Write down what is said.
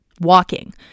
Walking